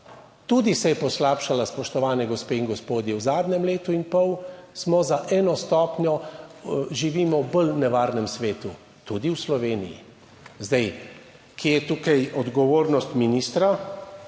Tudi se je poslabšala, spoštovane gospe in gospodje. V zadnjem letu in pol smo za eno stopnjo, živimo bolj v nevarnem svetu, tudi v Sloveniji. Zdaj, kje je tukaj odgovornost ministra?